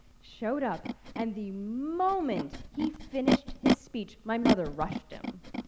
showed up and the moment he finished his speech, my mother rushed them.